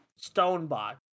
Stonebot